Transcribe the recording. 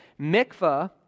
Mikvah